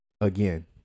again